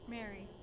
Mary